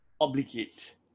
obligate